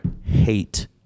hate